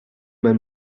man